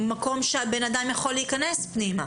מקום שהבן אדם יכול להיכנס פנימה.